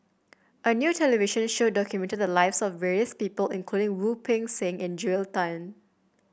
a new television show documented the lives of various people including Wu Peng Seng and Joel Tan